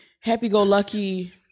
happy-go-lucky